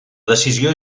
decisió